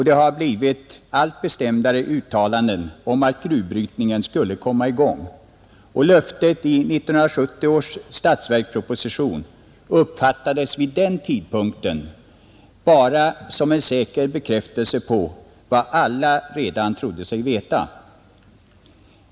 Det har blivit allt bestämdare uttalanden om att gruvbrytningen skulle komma i gång, och löftet i 1970 års statsverksproposition uppfattades vid den tidpunkten bara som en säker bekräftelse på vad alla redan trodde sig veta.